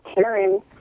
Karen